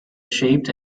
shaped